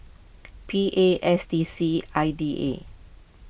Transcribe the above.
P A S D C I D A